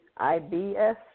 IBS